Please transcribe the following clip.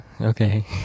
okay